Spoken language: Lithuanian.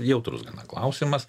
jautrus gana klausimas